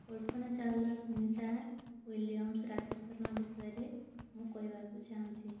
କଳ୍ପନା Chawla Sunita Williams Rakesh Sharma ବିଷୟରେ ମୁଁ କହିବାକୁ ଚାହୁଁଛି